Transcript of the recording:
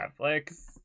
Netflix